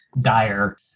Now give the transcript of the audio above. dire